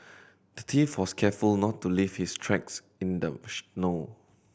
the thief was careful not to leave his tracks in the snow